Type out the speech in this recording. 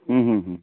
हूँ हूँ हूँ